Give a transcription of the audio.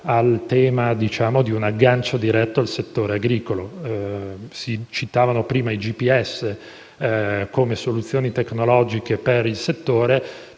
al tema di un aggancio diretto al settore agricolo. Si sono citati i GPS come soluzioni tecnologiche per il settore: